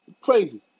Crazy